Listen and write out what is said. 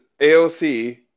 aoc